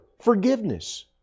forgiveness